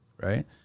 Right